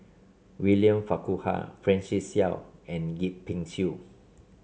William Farquhar Francis Seow and Yip Pin Xiu